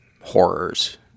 horrors